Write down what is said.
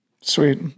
Sweet